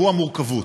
וזו המורכבות.